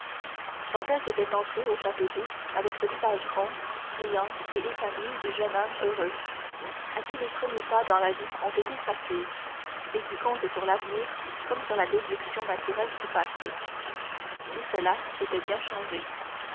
dantès était entré au château d'if avec ce visage rond riant et épanoui du jeune homme heureux à qui les premiers pas dans la vie ont été faciles et qui compte sur l'avenir comme sur la déduction naturelle du passé tout cela était bien changé